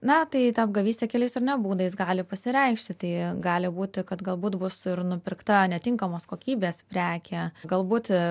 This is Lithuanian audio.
na tai ta apgavystė keliais ar ne būdais gali pasireikšti tai gali būti kad galbūt bus ir nupirkta netinkamos kokybės prekė galbūt